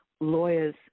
lawyers